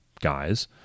guys